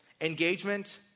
engagement